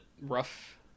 rough